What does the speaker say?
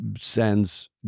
sends